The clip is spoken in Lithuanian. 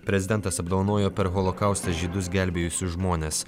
prezidentas apdovanojo per holokaustą žydus gelbėjusius žmones